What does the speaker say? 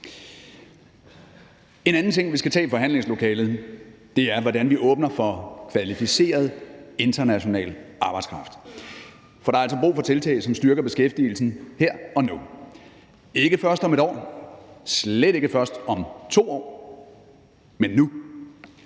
En anden ting, vi skal tage i forhandlingslokalet, er, hvordan vi åbner for kvalificeret international arbejdskraft, for der er altså brug for tiltag, som styrker beskæftigelsen her og nu – ikke først om et år, slet ikke først om 2 år, men nu.